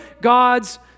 God's